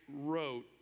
wrote